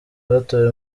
batawe